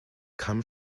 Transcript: come